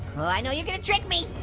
well, i know you're gonna trick me.